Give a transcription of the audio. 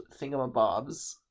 thingamabobs